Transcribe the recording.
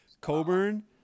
Coburn